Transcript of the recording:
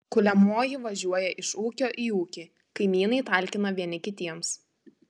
kuliamoji važiuoja iš ūkio į ūkį kaimynai talkina vieni kitiems